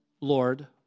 Lord